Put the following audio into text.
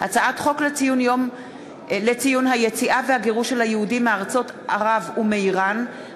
הצעת חוק יום לציון היציאה והגירוש של היהודים מארצות ערב ומאיראן,